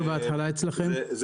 אצלכם?